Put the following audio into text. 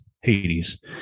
Hades